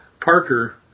Parker